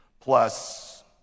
Plus